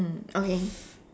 mm okay